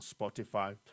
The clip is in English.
Spotify